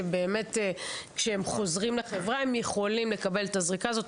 שבאמת כשהם חוזרים לחברה הם יכולים לקבל את הזריקה הזאת,